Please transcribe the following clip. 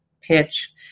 pitch